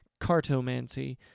cartomancy